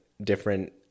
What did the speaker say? different